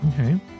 okay